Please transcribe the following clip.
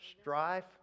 strife